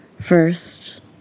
first